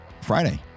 Friday